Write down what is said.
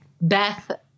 Beth